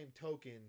token